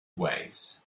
ways